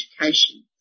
education